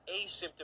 asymptomatic